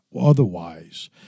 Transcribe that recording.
otherwise